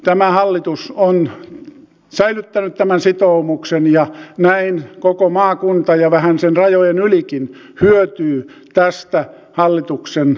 tämä hallitus on säilyttänyt tämän sitoumuksen ja näin koko maakunta ja vähän sen rajojen ylikin menevä alue hyötyy tästä hallituksen ratkaisusta